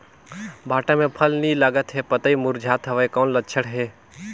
भांटा मे फल नी लागत हे पतई मुरझात हवय कौन लक्षण हे?